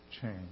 change